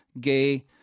gay